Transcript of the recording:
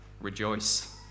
rejoice